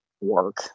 work